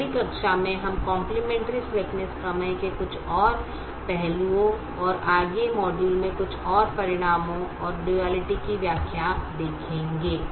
अगली कक्षा में हम काम्प्लमेन्टरी स्लैक्नस प्रमेय के कुछ और पहलुओं और अगले मॉड्यूल में कुछ और परिणाम और डुआलिटी की व्याख्या देखेंगे